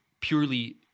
purely